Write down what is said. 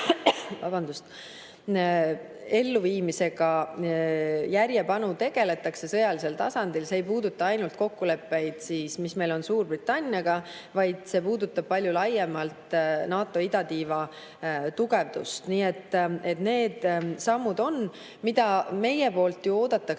elluviimisega järjepanu tegeldakse sõjalisel tasandil. See ei puuduta ainult kokkuleppeid, mis meil on Suurbritanniaga, vaid see puudutab palju laiemalt NATO idatiiva tugevdust. Seega need sammud on. Mida meilt oodatakse,